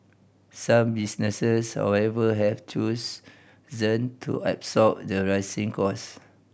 some businesses however have chose them to absorb the rising cost